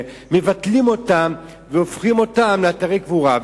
מבטלים אותם והופכים אותם לאתרי קבורה.